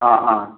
ആ ആ